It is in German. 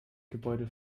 gebäude